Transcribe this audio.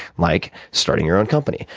like starting your own company,